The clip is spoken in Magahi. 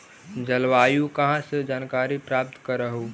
जलवायु कहा से जानकारी प्राप्त करहू?